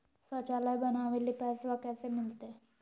शौचालय बनावे ले पैसबा कैसे मिलते?